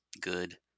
good